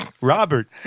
Robert